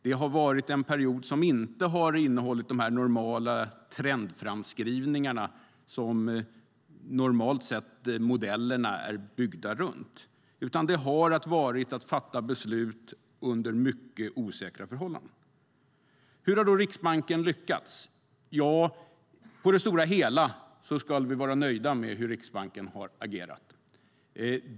Det har varit en period som inte har innehållit de trendframskrivningar som modellerna normalt sett är byggda runt, utan det har varit att fatta beslut under mycket osäkra förhållanden. Hur har då Riksbanken lyckats? På det stora hela ska vi vara nöjda med hur Riksbanken har agerat.